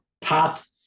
path